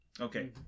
Okay